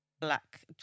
Black